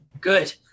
Good